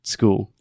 School